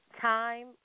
time